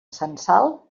censal